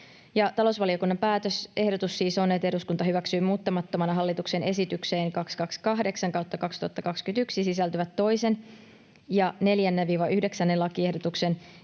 Talousvaliokunnan päätösehdotus siis on, että eduskunta hyväksyy muuttamattomana hallituksen esitykseen 228/2021 sisältyvät 2. ja 4.—9. lakiehdotuksen